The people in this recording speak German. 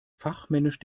fachmännisch